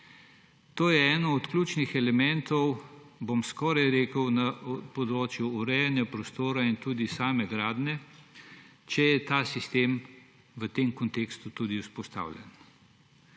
To je eden od ključnih elementov, bom skoraj rekel, na področju urejanja prostora in tudi same gradnje, če je ta sistem v tem kontekstu tudi vzpostavljen.